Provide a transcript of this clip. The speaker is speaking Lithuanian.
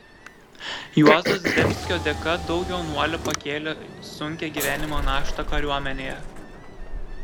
juozo zdebskio dėka daug jaunuolių pakėlė sunkią gyvenimo naštą kariuomenėje